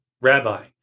Rabbi